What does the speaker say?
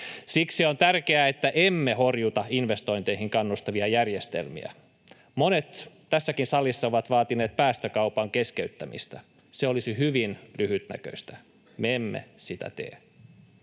Siksi on tärkeää, että emme horjuta investointeihin kannustavia järjestelmiä. Monet tässäkin salissa ovat vaatineet päästökaupan keskeyttämistä. Se olisi hyvin lyhytnäköistä. Me emme sitä tee.